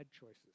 choices